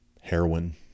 heroin